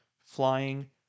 Flying